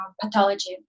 pathology